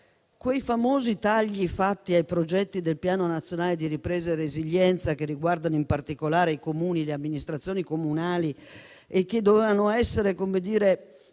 quei famosi tagli fatti ai progetti del Piano nazionale di ripresa e resilienza che riguardano in particolare le amministrazioni comunali e che dovevano essere risolti